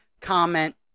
comment